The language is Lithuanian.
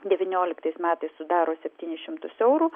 devynioliktais metais sudaro septynis šimtus eurų